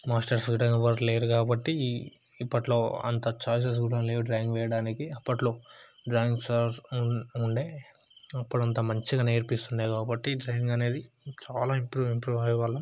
masters కూడా ఎవరు లేరు కాబట్టి ఇప్పట్లో అంత ఛాయిసెస్ కూడా లేవు డ్రాయింగ్ వేయడానికి అప్పట్లో డ్రాయింగ్ సార్స్ ఉన్న ఉండే అప్పుడు అంతా మంచిగా నేర్పిస్తుండే కాబట్టి డ్రాయింగ్ అనేది చాలా ఇంప్రూవ్ ఇంప్రూవ్ అయ్యేవాళ్ళము